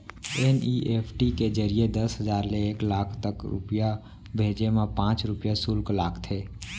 NEFT के जरिए दस हजार ले एक लाख तक रूपिया भेजे मा पॉंच रूपिया सुल्क लागथे